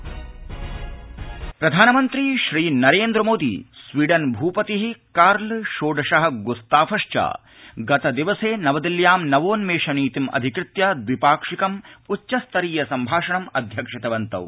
Bharatam Sweden सम्भाषणम प्रधानमन्त्री Shri Narendra Modi Sweden भूपति कार्ल् षोडश ग्स्ताफश्च गतदिवसे नवदिल्ल्यां नवोन्मेष नीतिम् अधिकृत्य द्वि पाक्षिकम् उच्च स्तरीय संभाषणम् अध्यक्षितवन्तौ